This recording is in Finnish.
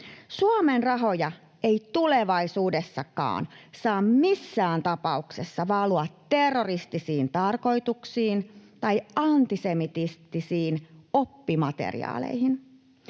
Suomen rahoja ei tulevaisuudessakaan saa missään tapauksessa valua terroristisiin tarkoituksiin tai antisemitistisiin oppimateriaaleihin.